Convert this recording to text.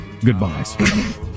goodbyes